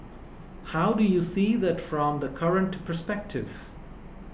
how do you see that from the current perspective